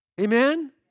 Amen